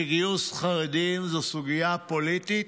שגיוס חרדים הוא סוגיה פוליטית,